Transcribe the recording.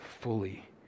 fully